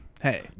hey